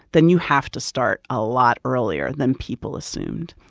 then you have to start a lot earlier than people assumed.